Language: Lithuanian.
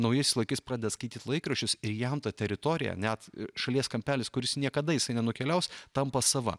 naujaisiaiais laikais pradeda skaityt laikraščius ir jam tą teritoriją net šalies kampelis kuris niekada jisai nenukeliaus tampa sava